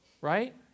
right